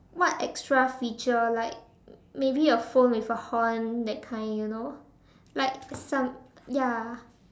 what extra feature like maybe a phone with a horn that kind you know like some ya